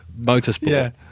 motorsport